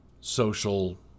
social